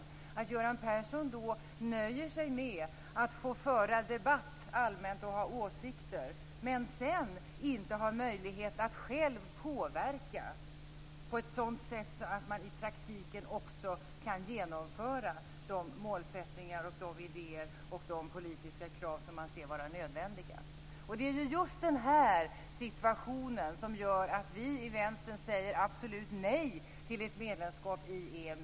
Det förvånar mig då att Göran Persson nöjer sig med att få föra debatt och ha åsikter, men sedan inte ha möjlighet att själv påverka på ett sådant sätt att man i praktiken också kan genomföra de mål, idéer och politiska krav som man ser som nödvändiga. Det är just den situationen som gör att vi i Vänsterpartiet säger absolut nej till ett medlemskap i EMU.